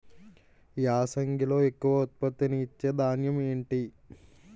యాసంగిలో ఎక్కువ ఉత్పత్తిని ఇచే ధాన్యం ఏంటి?